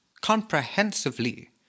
comprehensively